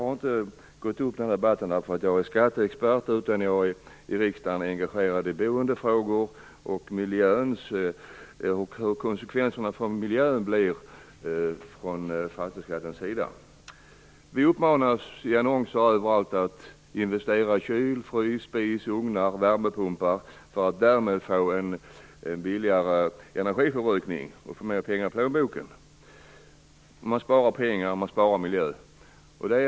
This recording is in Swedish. Jag gick inte upp i debatten i egenskap av skatteexpert, utan jag gjorde det därför att jag i riksdagen är engagerad i boendefrågor och i frågor som rör konsekvenserna för miljön med tanke på fastighetsskatten. I t.ex. annonser uppmanas vi att investera i kyl, frys, spis, ugn eller värmepump för att därmed få ned kostnaderna för energiförbrukningen och således få mera pengar i plånboken. Man sparar pengar och man sparar miljö, heter det.